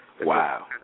Wow